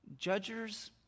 Judgers